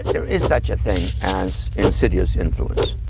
there is such a thing as insidious influence.